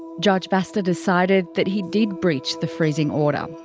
judge vasta decided that he did breach the freezing order.